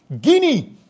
Guinea